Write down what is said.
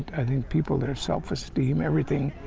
i think, people, their self-esteem, everything